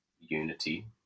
unity